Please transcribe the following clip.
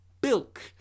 bilk